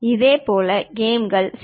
இதேபோல் கேம்கள் சி